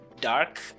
dark